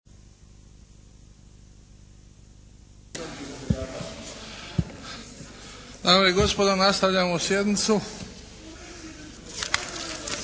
Dame i gospodo! Nastavljamo sjednicu.